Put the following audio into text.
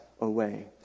away